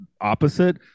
opposite